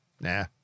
nah